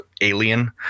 Alien